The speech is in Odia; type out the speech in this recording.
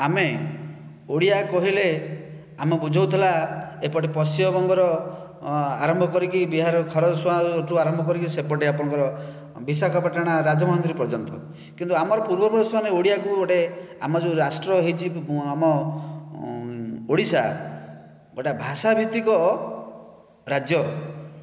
ଆମେ ଓଡିଆ କହିଲେ ଆମ ବୁଝାଉଥିଲା ଏପଟେ ପଶ୍ଚିମବଙ୍ଗର ଆରମ୍ଭ କରିକି ବିହାରର ଖରସୁଆଁଠୁ ଆରମ୍ଭ କରିକି ସେପଟେ ଆପଣଙ୍କର ବିଶାଖାପାଟଣା ରାଜମହେନ୍ଦ୍ରୀ ପର୍ଯ୍ୟନ୍ତ କିନ୍ତୁ ଆମର ପୂର୍ବ ପୁରୁଷମାନେ ଓଡିଆକୁ ଗୋଟିଏ ଆମ ଯେଉଁ ରାଷ୍ଟ୍ର ହେଇଛି ଆମ ଓଡ଼ିଶା ଗୋଟିଏ ଭାଷା ଭିତ୍ତିକ ରାଜ୍ୟ